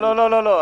לא, לא.